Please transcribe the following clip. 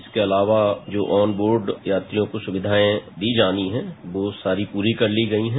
इसके अलावा आज बोर्ड यात्रियों को सुक्धियां दी जानी है वह सारी पूरी कर ली गई है